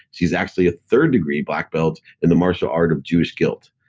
she's actually a third degree black belt in the martial art of jewish guilt.